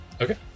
Okay